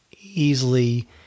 easily